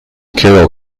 carroll